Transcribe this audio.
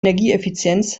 energieeffizienz